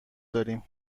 داریم